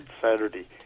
Saturday